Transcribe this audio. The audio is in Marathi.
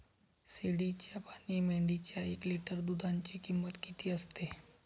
शेळीच्या आणि मेंढीच्या एक लिटर दूधाची किंमत किती असते?